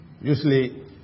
Usually